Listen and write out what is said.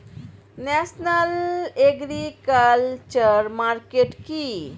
National agriculture market কি?